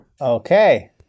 Okay